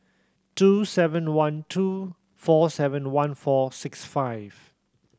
two seven one two four seven one four six five